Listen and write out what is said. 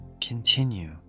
Continue